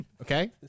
Okay